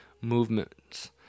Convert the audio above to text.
movements